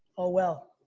all well.